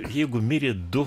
jeigu mirė du